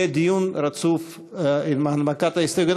יהיה דיון רצוף עם הנמקת ההסתייגויות.